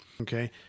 Okay